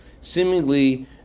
seemingly